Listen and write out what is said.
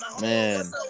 Man